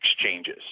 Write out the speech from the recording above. exchanges